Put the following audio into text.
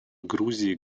грузии